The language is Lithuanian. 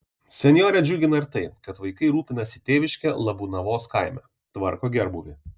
senjorę džiugina ir tai kad vaikai rūpinasi tėviške labūnavos kaime tvarko gerbūvį